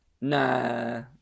Nah